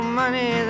money